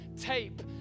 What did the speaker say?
tape